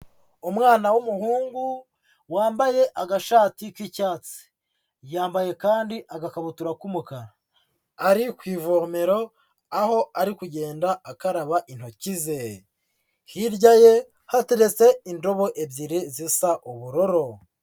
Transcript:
Umwana w'umuhungu wambaye agashati k'icyatsi, yambaye kandi agakabutura k'umukara, ari ku ivomero aho ari kugenda akaraba intoki ze, hirya ye hateretse indobo ebyiri zisa ubururu.